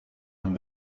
een